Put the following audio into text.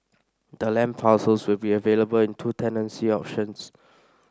the land parcels will be available in two tenancy options